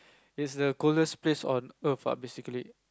it's the coldest place on earth ah basically